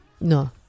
No